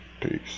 Peace